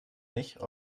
nicht